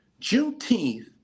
Juneteenth